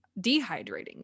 dehydrating